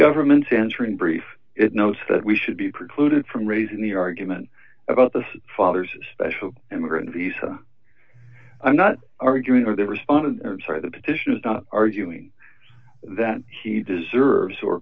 government's answer in brief it notes that we should be precluded from raising the argument about this father's special immigrant visa i'm not arguing with a response to the petition is not arguing that he deserves or